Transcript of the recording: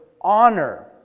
honor